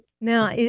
Now